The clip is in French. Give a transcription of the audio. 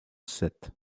sept